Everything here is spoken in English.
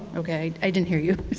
okay. i didn't hear you,